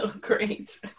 Great